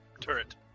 turret